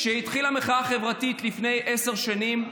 כשהתחילה המחאה החברתית לפני עשר שנים,